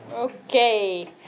Okay